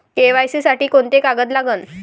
KYC साठी कोंते कागद लागन?